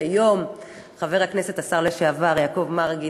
שהיום חבר הכנסת השר לשעבר יעקב מרגי